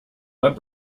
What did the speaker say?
web